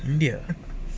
india